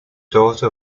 daughter